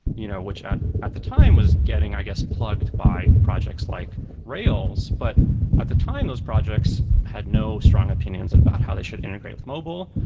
you know which at at the time was getting, i guess plugged by projects like rails. but at the time, those projects had no strong opinions about how they should integrate with mobile.